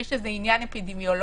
יש איזה עניין אפידמיולוגי?